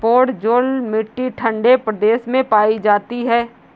podzol मिट्टी ठंडे प्रदेशों में पाई जाती है